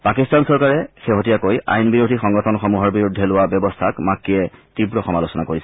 পাকিস্তান চৰকাৰে শেহতীয়াকৈ আইন বিৰোধী সংগঠনসমূহৰ বিৰুদ্ধে লোৱা ব্যৱস্থাক মাক্কীয়ে তীৱ সমালোচনা কৰিছিল